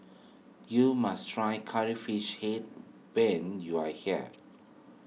you must try Curry Fish Head when you are here